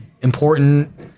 important